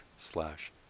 slash